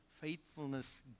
faithfulness